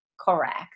correct